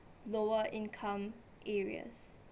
lower income areas